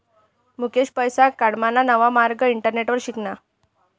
मुकेश पैसा कमाडाना नवा मार्ग इंटरनेटवर शिकना